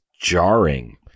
jarring